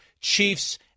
chiefs